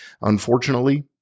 Unfortunately